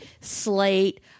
Slate